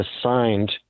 assigned